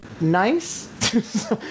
nice